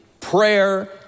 prayer